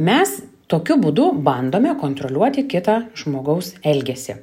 mes tokiu būdu bandome kontroliuoti kitą žmogaus elgesį